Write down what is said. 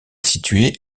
situé